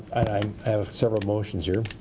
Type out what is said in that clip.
i have several motions here.